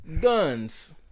guns